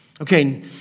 Okay